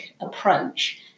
approach